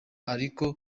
ariko